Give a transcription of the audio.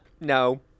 No